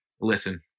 listen